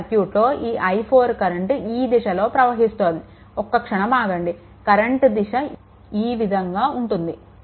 మన సర్క్యూట్లో ఈ i4 కరెంట్ ఈ దిశలో ప్రవహిస్తోంది ఒక్క క్షణం ఆగండి కరెంట్ దిశ ఈ విధంగా ఉంటుంది